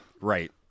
Right